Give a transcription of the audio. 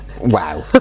Wow